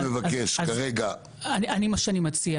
מה שאני מציע,